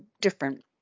different